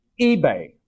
eBay